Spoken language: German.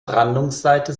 brandungsseite